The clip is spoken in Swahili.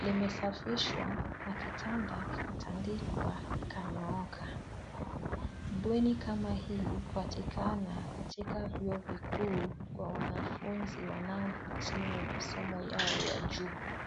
Limesafishiwa na kitanda kikatandikwa kikanyooka. Bweni kama hii hupatikana katika vyuo vikuu kwa wanafunzi wanaohitimu masomo yao ya juu.